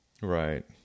Right